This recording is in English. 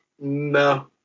No